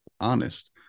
honest